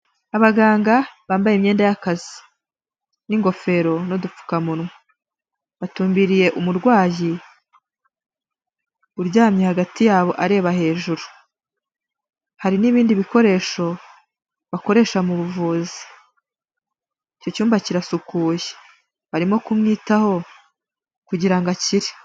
Abaganga bambaye imyenda y'akazi n'ingofero n'udupfukamunwa. Batumbiriye umurwayi uryamye hagati yabo areba hejuru, hari n'ibindi bikoresho bakoresha mu buvuzi, icyo cyumba kirasukuye, barimo kumwitaho kugira ngo akire.